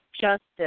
justice